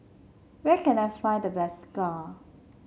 where can I find the best Acar